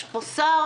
יש פה שר,